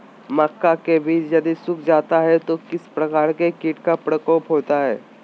मक्का के बिज यदि सुख जाता है तो किस प्रकार के कीट का प्रकोप होता है?